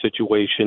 situation